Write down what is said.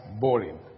boring